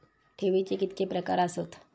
ठेवीचे कितके प्रकार आसत?